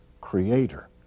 Creator